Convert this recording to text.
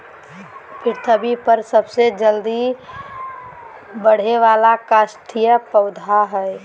पृथ्वी पर सबसे जल्दी बढ़े वाला काष्ठिय पौधा हइ